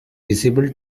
visible